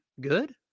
good